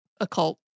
occult